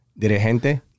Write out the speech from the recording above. Dirigente